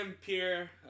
Pierre